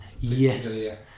Yes